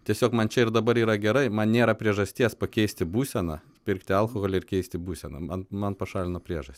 tiesiog man čia ir dabar yra gerai man nėra priežasties pakeisti būseną pirkti alkoholį ir keisti būsena man man pašalino priežastį